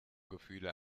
gefühle